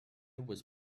was